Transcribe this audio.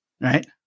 Right